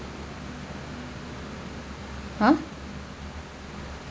ha